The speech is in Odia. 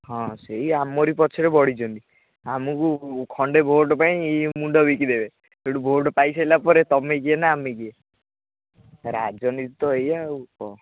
ହଁ ସେଇ ଆମରି ପଛରେ ପଡ଼ିଛନ୍ତି ଆମକୁ ଖଣ୍ଡେ ଭୋଟ୍ ପାଇଁ ମୁଣ୍ଡ ବିକି ଦେବେ ସେଇଠୁ ଭୋଟ୍ ପାଇ ସାରିଲା ପରେ ତମେ କିଏ ନା ଆମେ କିଏ ରାଜନୀତି ତ ଏୟା ଆଉ କ'ଣ